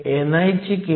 तर EFp हे 0